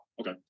Okay